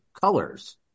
colors